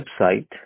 website